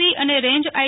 પી અને રેન્જ્ આઈ